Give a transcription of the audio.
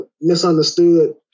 misunderstood